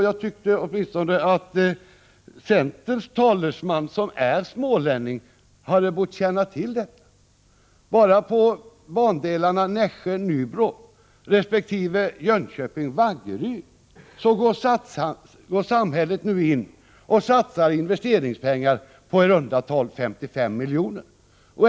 Jag tycker åtminstone att centerns talesman, som är smålänning, hade bort känna till detta. Bara på bandelarna Nässjö-Nybro resp. Jönköping-Vaggeryd satsar samhället investeringspengar på i runda tal 55 miljoner.